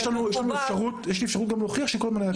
יש לי אפשרות להוכיח שכל הזמן היה קהל